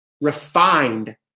refined